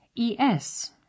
es